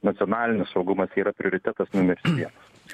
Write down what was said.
nacionalinis saugumas yra prioritetas numeris vienas